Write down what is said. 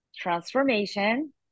transformation